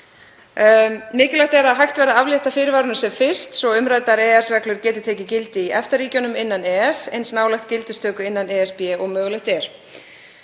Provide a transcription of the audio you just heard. Mikilvægt er að hægt verði að aflétta fyrirvaranum sem fyrst svo umræddar EES-reglur geti tekið gildi í EFTA-ríkjunum innan EES eins nálægt gildistöku innan ESB og mögulegt er.